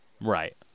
Right